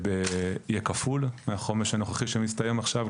כפול מהחומש הנוכחי שמסתיים עכשיו,